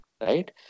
right